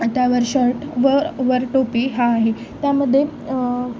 त्यावर शर्ट व वर टोपी हा आहे त्यामध्ये